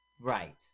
Right